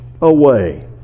away